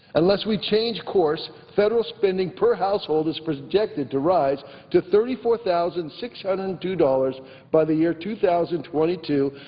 unless we change course, federal spending per household is projected to rise to thirty four thousand six hundred and two dollars by the year two thousand and twenty two,